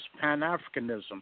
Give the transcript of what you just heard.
Pan-Africanism